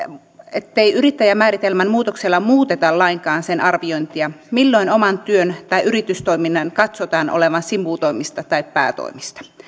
ettei yrittäjämääritelmän muutoksella muuteta lainkaan sen arviointia milloin oman työn tai yritystoiminnan katsotaan olevan sivutoimista tai päätoimista